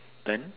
then